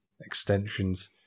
extensions